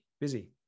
busy